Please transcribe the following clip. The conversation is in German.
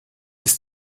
bis